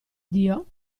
dio